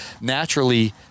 naturally